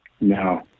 No